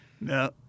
No